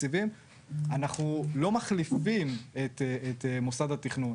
תקציבים אנחנו לא מחליפים את מוסד התכנון,